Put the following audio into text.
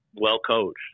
well-coached